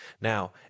now